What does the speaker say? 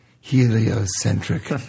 heliocentric